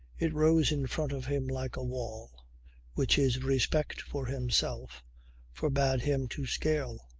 it rose in front of him like a wall which his respect for himself forbade him to scale.